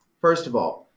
first of all,